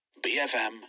BFM